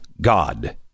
God